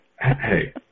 Hey